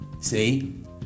See